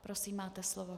Prosím, máte slovo.